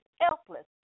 helpless